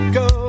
go